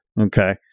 Okay